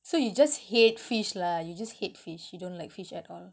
so you just hate fish lah you just hate fish you don't like fish at all